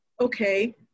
okay